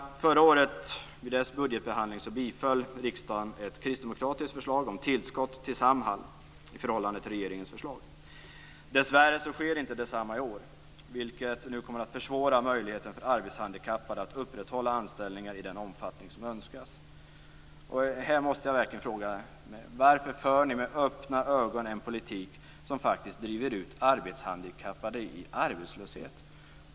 I förra årets budgetbehandling biföll riksdagen ett kristdemokratiskt förslag om tillskott till Samhall i förhållande till regeringens förslag. Dessvärre sker inte detsamma i år, vilket kommer att försvåra möjligheterna för arbetshandikappade att upprätthålla anställningar i den omfattning som önskas. Jag måste verkligen fråga: Varför för Socialdemokraterna med öppna ögon en politik som driver ut arbetshandikappade i arbetslöshet?